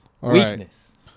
Weakness